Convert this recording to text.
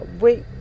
wait